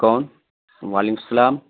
کون وعلیکم السلام